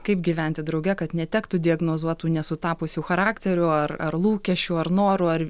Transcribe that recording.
kaip gyventi drauge kad netektų diagnozuot tų nesutapusių charakterių ar ar lūkesčių ar norų